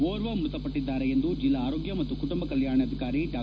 ಓರ್ವ ಮೃತ ಪಟ್ಟದ್ದಾರೆ ಎಂದು ಜಿಲ್ಲಾ ಆರೋಗ್ಯ ಮತ್ತು ಕುಟುಂಬ ಕಲ್ಕಾಣಾಧಿಕಾರಿ ಡಾ